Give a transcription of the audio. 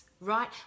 right